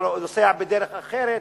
אתה נוסע בדרך אחרת,